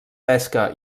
pesca